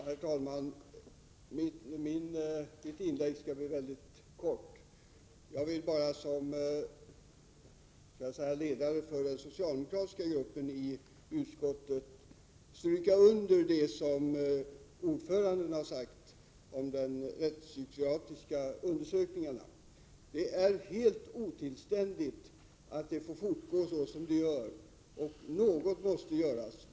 Herr talman! Mitt inlägg skall bli mycket kort. Jag vill bara som ledare för den socialdemokratiska gruppen i utskottet stryka under det som ordföranden har sagt om rättspsykiatriska undersökningar. Det är helt otillständigt att det får fortgå så som det gör. Något måste göras.